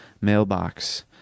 mailbox